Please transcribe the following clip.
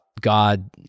God